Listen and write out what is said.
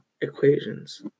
equations